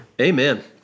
Amen